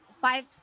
five